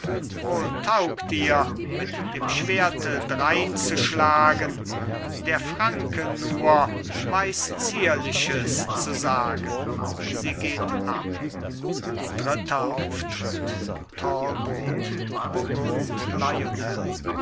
wohl taugt ihr mir dem schwerte dreinzuschlagen der franke nur weiß zierliches zu sagen sie geht ab dritter auftritt talbot burgund